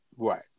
Right